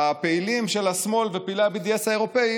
הפעילים של השמאל ופעילי ה-BDS האירופים